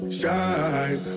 shine